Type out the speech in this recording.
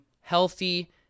healthy